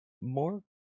More